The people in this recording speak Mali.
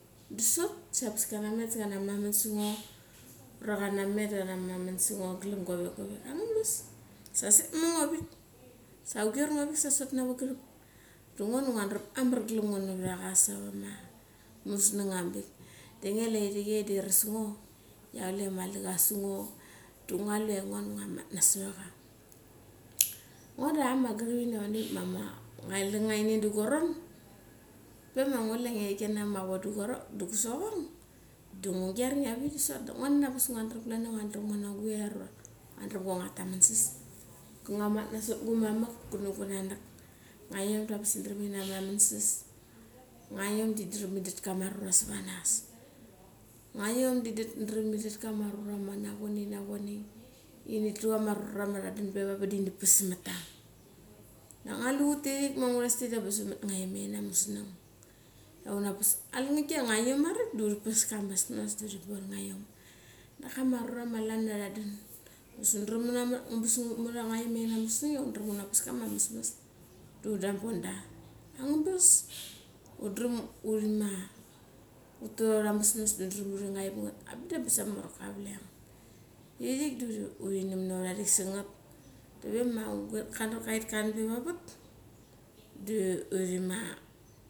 Da sot da angabas kana met da kana meraman sa ngo. Ura kana met da kana meraman sa ngo glem go vek. Sa chusek ma ngo arik, sa ka guer ngo arik sa sot nava gerep. Da ngo da nguadaram amar glem ngo narat acha savat ava ma musuang ambik. Da nguia lu ia irik da iras ngo ia kule mali ka sungo, da ngua lu ia ngo da ngua mat nasot racha. Ngo da chama gerep ini ava nivik mali kule ngini du gua ron, pe ma ngulu ia ngia kina mavo do gu soching da ngu guer nge avik the da sot. Ngo da angabas ngua daram ia nguna guer ura ngua taman sas, doki ngoa mat nasot gu mamak da gunanak. Ngaiom da indram indat kama aruru savat a nas. Nga indat kama arura savat ranas. Ngaiom da indram indat kama arura ma nachone, na chonei sarat ranas. Ini tlu kama arura ma tadan ve va vat da ini vas samat ta. Da ngua lu ut ma angurais ta irik da angabas u mat nga iom ina musnang. Alanga ki ia nga iom marik da uri pas ka mess mess di uri bon nga iom. Daka ma arura ma klan ia tha dan da angabas u mat nga iom aina musnang una pes kama messmess da uri bon da. Undram u tet aura messmess da undram uri ngaip ngat. Arik da angabas amorka ka vlek aut. Irik da uri nam na ura thik sangat, dave ma aung ka ret da karan be vavat da uthi ma.